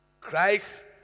Christ